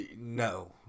no